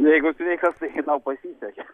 jeigu sveikas tai tau pasisekė